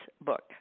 book